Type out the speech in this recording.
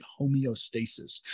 homeostasis